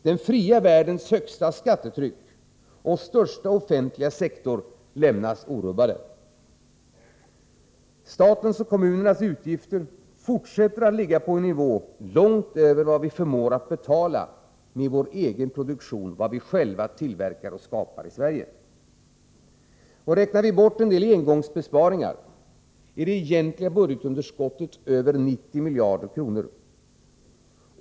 Den fria världens högsta skattetryck och största offentliga sektor lämnas orubbade. Statens och kommunernas utgifter fortsätter att ligga på en nivå långt över vad vi förmår betala med vår egen produktion, med vad vi själva tillverkar och skapar i Sverige. Räknar vi bort vissa engångsbesparingar, är det egentliga budgetunderskottet över 90 miljarder kronor.